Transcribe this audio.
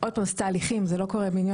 עוד פעם זה תהליכים, זה לא דבר שקורה ביום.